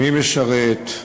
מי משרת.